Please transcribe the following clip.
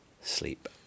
sleep